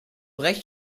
recht